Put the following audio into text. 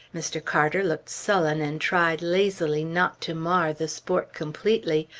mr. carter looked sullen and tried lazily not to mar the sport completely,